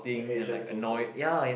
the Asians also